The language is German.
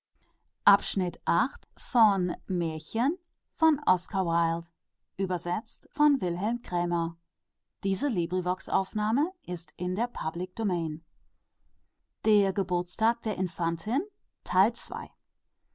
engels der geburtstag der infantin